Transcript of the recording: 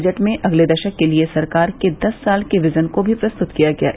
budget में अगले दशक के लिए सरकार के दस साल के विजन को भी प्रस्तुत किया गया है